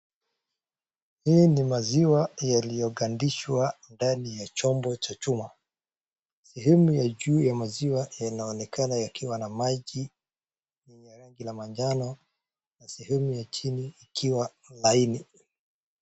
Hii ni maziwa yaliyogandishwa ndani ya chombo cha chuma. Sehemu ya juu ya maziwa yanaonekana yakiwa na maji yenye rangi la manjano, na sehemu ya chini ikiwa laini.